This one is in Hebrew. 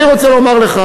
אני רוצה לומר לך